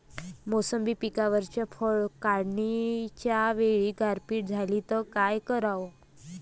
मोसंबी पिकावरच्या फळं काढनीच्या वेळी गारपीट झाली त काय कराव?